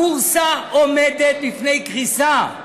הבורסה עומדת בפני קריסה.